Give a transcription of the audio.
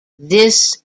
this